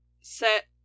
set